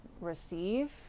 receive